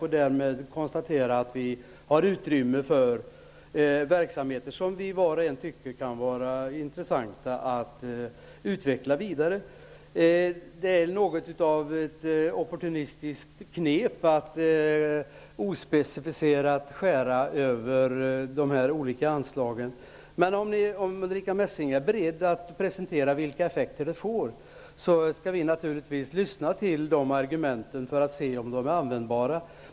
På så sätt skulle man kunna konstatera att det finns utrymme för verksamheter som var och en av oss kan anse vara intressanta att utveckla vidare. Det är något av ett opportunistiskt knep att ospecificerat skära i de olika anslagen på det sättet. Om Ulrica Messing är beredd att presentera vilka effekter hennes förslag får, skall vi naturligtvis lyssna till hennes argument för att se om förslagen är användbara.